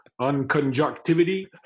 unconjunctivity